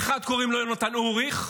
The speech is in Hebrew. האחד קוראים לו יונתן אוריך,